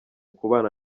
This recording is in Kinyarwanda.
kubana